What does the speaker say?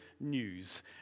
news